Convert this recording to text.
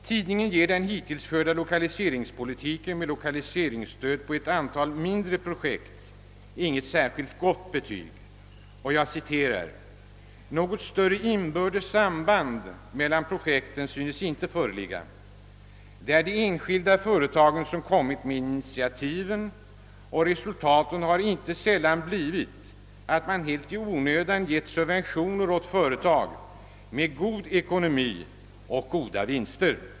Tidningen ger den hittills förda lokaliseringspolitiken med lokaliseringsstöd åt ett antal mindre projekt inget särskilt gott betyg: »Något större inbördes samband mellan projekten syns inte föreligga. Det är de enskilda företagen som kommit med initiativen och resultatet har inte sällan blivit att man helt i onödan gett subventioner åt företag med god ekonomi och goda vinster.